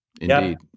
indeed